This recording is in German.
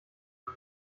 man